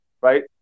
right